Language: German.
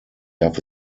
darf